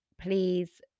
please